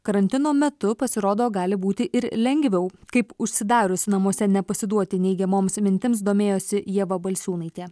karantino metu pasirodo gali būti ir lengviau kaip užsidarius namuose nepasiduoti neigiamoms mintims domėjosi ieva balsiūnaitė